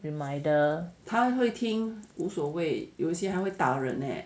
reminder